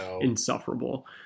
insufferable